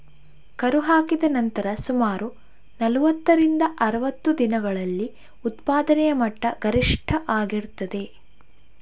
ಕರು ಹಾಕಿದ ನಂತರ ಸುಮಾರು ನಲುವತ್ತರಿಂದ ಅರುವತ್ತು ದಿನಗಳಲ್ಲಿ ಉತ್ಪಾದನೆಯ ಮಟ್ಟ ಗರಿಷ್ಠ ಆಗಿರ್ತದೆ